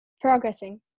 progressing